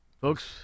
Folks